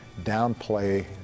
downplay